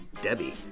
Debbie